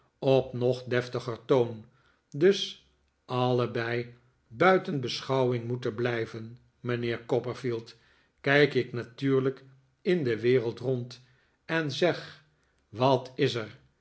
op nog deftiger toon dus allebei buiten beschouwing moeten blijven mijnheer copperfield kijk ik natuurlijk in de wereld rond en zeg wat is er